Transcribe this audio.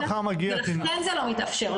לכן זה לא מתאפשר,